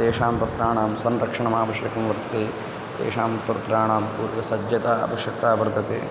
तेषां पत्राणां संरक्षणम् आवश्यकं वर्तते तेषां पत्राणां पूर्वसज्जतायाः आवश्यकता वर्तते